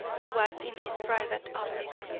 who was in his private office.